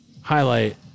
Highlight